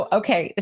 okay